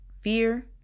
fear